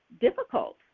difficult